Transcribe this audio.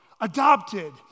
adopted